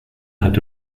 hatte